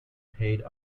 paid